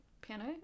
piano